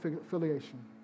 affiliation